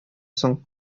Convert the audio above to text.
соң